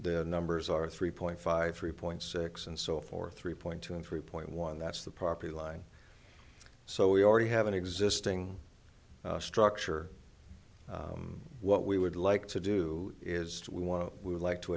the numbers are three point five three point six and so forth three point two and three point one that's the proper line so we already have an existing structure what we would like to do is we want to we would like to